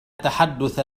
تحدث